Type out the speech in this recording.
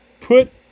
put